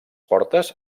portes